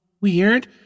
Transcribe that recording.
weird